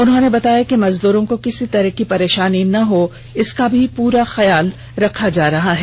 उन्होंने बताया कि मजदूरों को किसी तरह की परेशानी ना हो इसका पूरा ख्याल रखा जा रहा है